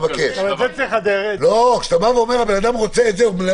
אם בן אדם רוצה את זה שיהיה ממוסגר בסלון,